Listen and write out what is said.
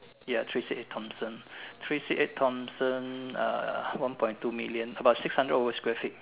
ya three six eight Thomson three six eight Thomson uh one point two million about six hundred over Square feet